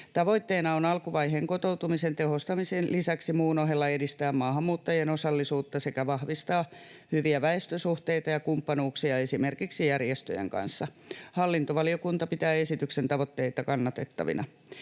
Tavoitteena on alkuvaiheen kotoutumisen tehostamisen lisäksi muun ohella edistää maahanmuuttajien osallisuutta sekä vahvistaa hyviä väestösuhteita ja kumppanuuksia esimerkiksi järjestöjen kanssa. Hallintovaliokunta pitää esityksen tavoitteita kannatettavina.